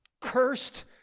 cursed